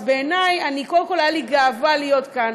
אז בעיני, קודם כול הייתה לי גאווה להיות כאן,